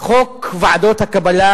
ועדות הקבלה,